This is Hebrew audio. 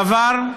בעבר,